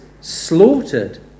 slaughtered